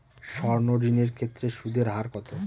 সর্ণ ঋণ এর ক্ষেত্রে সুদ এর হার কত?